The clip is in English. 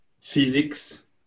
physics